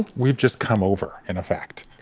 we've just come over in effect.